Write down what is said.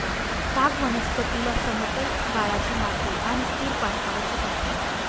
ताग वनस्पतीला समतल गाळाची माती आणि स्थिर पाणी आवश्यक असते